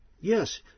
Yes